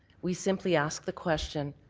we simply ask the question